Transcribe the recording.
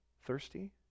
thirsty